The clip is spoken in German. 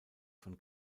von